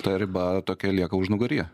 ta riba tokia lieka užnugaryje